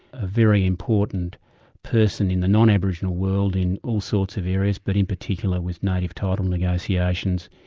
a very important person in the non-aboriginal world in all sorts of areas, but in particular with native title negotiations,